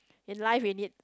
in life we need